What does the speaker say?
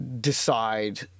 Decide